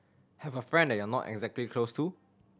have a friend that you're not exactly close to